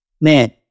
man